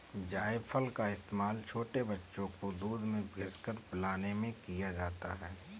जायफल का इस्तेमाल छोटे बच्चों को दूध में घिस कर पिलाने में किया जाता है